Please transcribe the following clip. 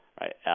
right